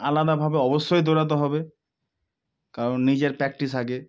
আলাদাভাবে অবশ্যই দৌড়াতে হবে কারণ নিজের প্র্যাকটিস আগে